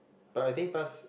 but I think pass